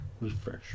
Refresh